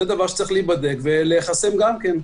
זה דבר שצריך להיבדק ולהיחסם גם כן.